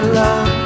love